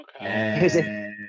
Okay